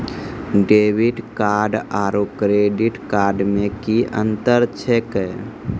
Debit card आरू credit card मे कि अन्तर छैक?